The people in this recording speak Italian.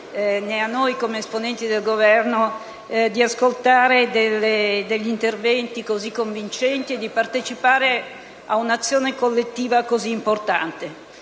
né a noi quali esponenti del Governo, di ascoltare interventi così convincenti e di partecipare a un'azione collettiva così importante.